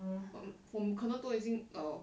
mm from 可能都已经 err